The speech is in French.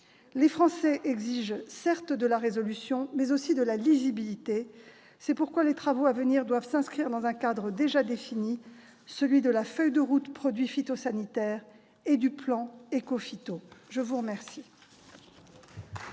Les Français exigent certes de la résolution, mais aussi de la lisibilité. C'est pourquoi les travaux à venir doivent s'inscrire dans un cadre déjà défini, celui de la feuille de route sur les produits phytosanitaires et du plan Écophyto. La parole